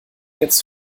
jetzt